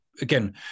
again